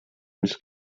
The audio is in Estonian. mis